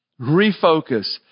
Refocus